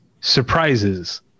surprises